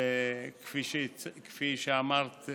כפי שאמרת,